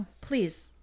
Please